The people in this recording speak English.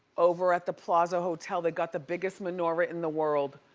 over at the plaza hotel, they got the biggest menorah in the world,